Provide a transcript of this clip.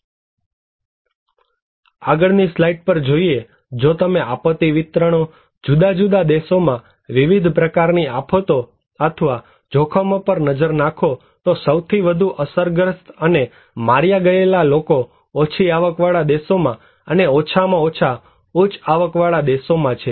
આગળની સ્લાઈડ પર જોઈએ જો તમે આપત્તિ વિતરણો જુદા જુદા દેશોમાં વિવિધ પ્રકારની આફતો અથવા જોખમો પર નજર નાખો તો સૌથી વધુ અસરગ્રસ્ત અને માર્યા ગયેલા લોકો ઓછી આવકવાળા દેશોમાં અને ઓછામાં ઓછા ઉચ્ચ આવકવાળા દેશોમાં છે